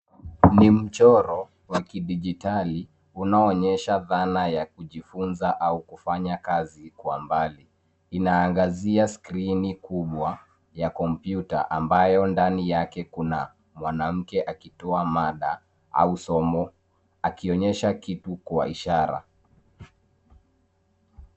Ni mchoro wa kijidijitali unaonyesha dhana ya kujifunza au kufanya kazi kwa mbali. Inaangazia skrini kubwa ya kompyuta ambayo ndani yake kuna mwanamke akitoa mada au somo akionyesha kitu kwa ishara.